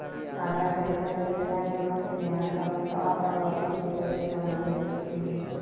Atal pension जोजना के मुख्य ध्यान असंगठित क्षेत्र से संबंधित व्यक्ति हइ